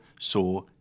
saw